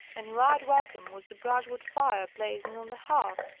and right welcome was the brushwood fire blazing on the hearth.